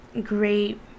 great